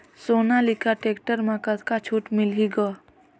Sonalika tractor म कतका छूट मिलही ग?